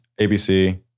ABC